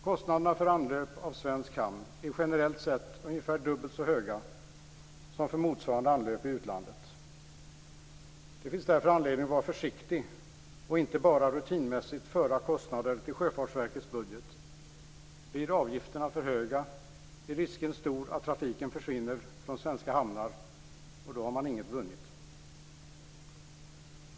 Kostnaderna för anlöp av svensk hamn är generellt sett ungefär dubbelt så höga som för motsvarande anlöp i utlandet. Det finns därför anledning att vara försiktig och inte bara rutinmässing föra kostnader till Sjöfartsverkets budget. Blir avgifterna för höga är risken stor att trafiken försvinner från svenska hamnar, och då har man inget vunnit.